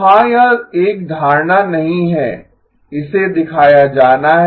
तो हाँ यह एक धारणा नहीं है इसे दिखाया जाना है